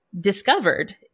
discovered